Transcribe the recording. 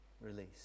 release